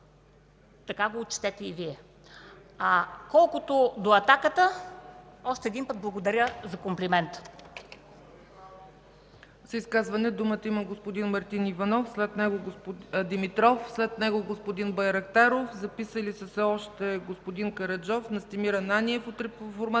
така го отчетете и Вие. А колкото до атаката, още един път благодаря за комплимента.